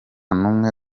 n’umwe